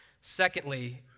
Secondly